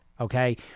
Okay